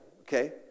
Okay